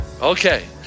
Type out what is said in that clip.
Okay